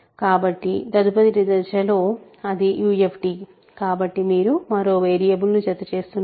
కాబట్టి తదుపరి దశలో అది UFD కాబట్టి మీరు మరో వేరియబుల్ను జతచేస్తున్నారు